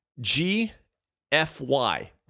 G-F-Y